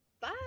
bye